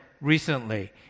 recently